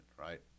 right